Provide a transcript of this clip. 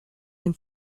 den